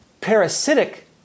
parasitic